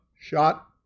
shot